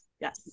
Yes